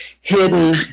hidden